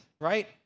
right